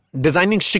designing